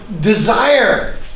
desire